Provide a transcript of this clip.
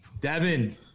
Devin